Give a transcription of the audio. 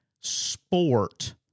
sport